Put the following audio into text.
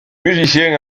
musiciens